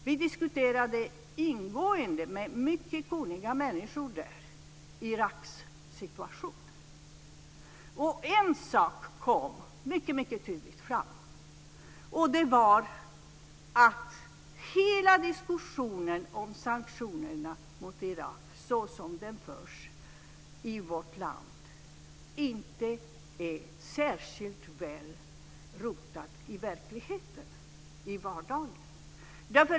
Vi diskuterade ingående med mycket kunniga människor situationen i Irak. En sak framkom tydligt, nämligen att hela diskussionen om sanktionerna mot Irak såsom den förs i vårt land inte är särskilt väl rotad i verkligheten, i vardagen.